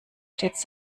stets